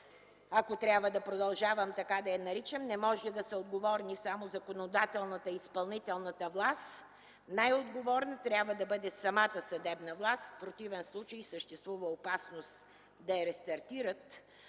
ако трябва да продължавам така да я наричам, не може да са отговорни само законодателната и изпълнителната власт – най-отговорна трябва да бъде самата съдебна власт. В противен случай съществува опасност да я рестартират,